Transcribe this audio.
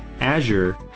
Azure